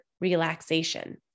relaxation